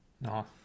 no